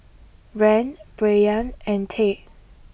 Rand Brayan and Tate